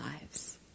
lives